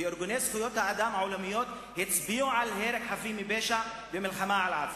וארגוני זכויות האדם העולמיים הצביעו על הרג חפים מפשע במלחמה על עזה.